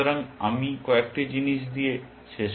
সুতরাং আমি কয়েকটি জিনিস দিয়ে শেষ করতে চাই